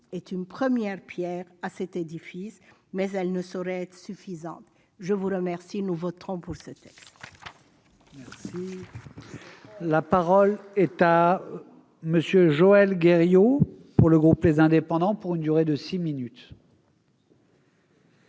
est une première pierre à cet édifice, mais elle ne saurait être suffisante. Nous voterons pour ce texte.